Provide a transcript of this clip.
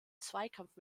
zweikampf